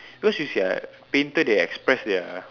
because you see right painter they express their